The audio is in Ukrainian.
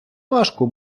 важко